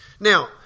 Now